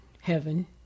heaven